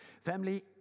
Family